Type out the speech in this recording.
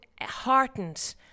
heartened